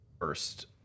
first